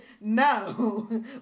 No